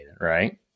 right